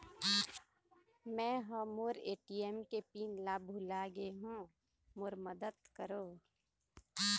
मै ह मोर ए.टी.एम के पिन ला भुला गे हों मोर मदद करौ